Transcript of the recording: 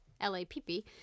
L-A-P-P